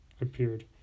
appeared